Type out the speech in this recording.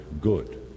good